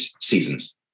Seasons